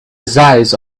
size